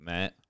Matt